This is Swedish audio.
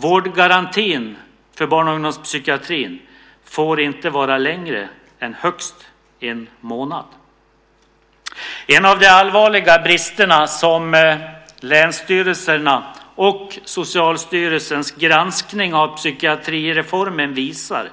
Vårdgarantin för barn och ungdomspsykiatrin får inte vara längre än högst en månad. En av de allvarliga bristerna som länsstyrelsernas och Socialstyrelsens granskning av psykiatrireformen visar